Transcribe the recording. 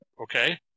okay